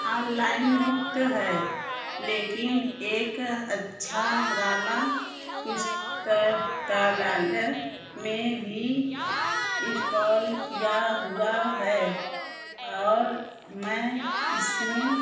online मुफ़्त है लेकिन एक अच्छा वाला पुस्तकालय में भी इन्स्टॉल किया हुआ है और मैं इसमें अपने सिस्टम पर डाउनलोड करने का सुझाव नहीं दूँगी क्योंकि इस बात की बहुत अधिक सम्भावना है कि आप मुझे बग डाउनलोड कर रहे होंगे